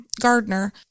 Gardner